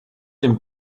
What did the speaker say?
dem